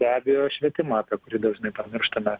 be abejo švietimą apie kurį dažnai pamirštame